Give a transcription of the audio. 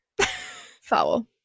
Foul